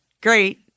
great